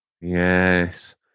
Yes